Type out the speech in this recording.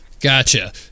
Gotcha